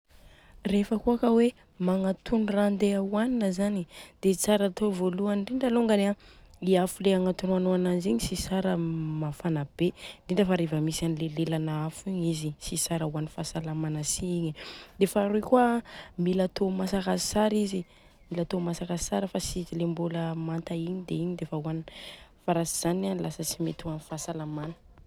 Rehefa kôa ka hoe magnatono raha handeha ohanina zany, dia tsara atô voalohany indrindra alôngany an i afo le agnatonôanô ananjy igny tsy tsara mafana be, indrindra fa reva misy anle lelana afo igny izy, tsy tsara ho any fahasalamana sy izy. Dia faharoy kôa an, mila atô masaka tsara izy. Mila atô masaka tsara fa tsy izy le mbôla manta igny dia igny defa ohanina. Fa raha tsy zany an lasa tsy mety hoa any fahasalamana.